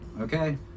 Okay